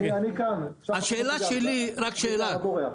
אני שואל,